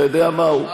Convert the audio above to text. אתה יודע מהו?